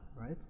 right